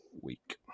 week